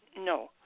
no